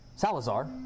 Salazar